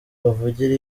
bavugira